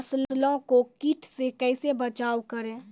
फसलों को कीट से कैसे बचाव करें?